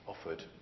offered